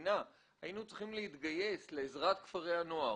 כמדינה היינו צריכים להתגייס לעזרת כפרי הנוער,